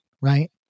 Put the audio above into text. Right